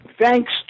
Thanks